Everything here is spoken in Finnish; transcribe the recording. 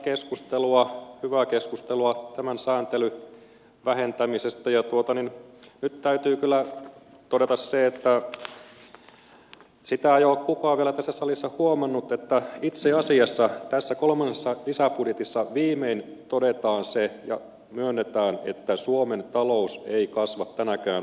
kuuntelin hyvää keskustelua tämän sääntelyn vähentämisestä ja nyt täytyy kyllä todeta se että sitä ei ole kukaan vielä tässä salissa huomannut että itse asiassa tässä kolmannessa lisäbudjetissa viimein todetaan se ja myönnetään että suomen talous ei kasva tänäkään vuonna